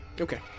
Okay